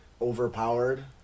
overpowered